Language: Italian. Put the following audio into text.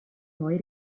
poi